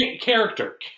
character